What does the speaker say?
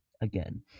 again